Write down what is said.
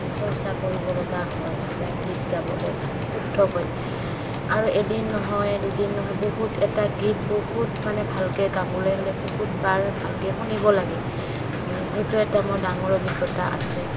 চৰ্চা কৰিব লগা হয় এটা গীত গাবলে মানে শুদ্ধকৈ আৰু এদিন নহয় দুদিন নহয় বহুত এটা গীত বহুত মানে ভালকৈ গাবলৈ হ'লে বহুতবাৰ ভালকৈ শুনিব লাগে এইটো এটা মোৰ ডাঙৰ অভিজ্ঞতা আছে